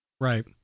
Right